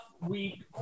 week